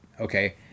okay